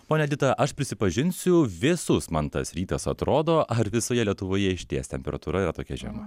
ponia edita aš prisipažinsiu visus man tas rytas atrodo ar visoje lietuvoje išties temperatūra yra tokia žema